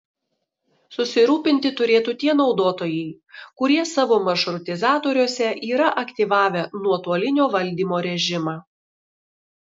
susirūpinti turėtų tie naudotojai kurie savo maršrutizatoriuose yra aktyvavę nuotolinio valdymo režimą